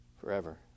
forever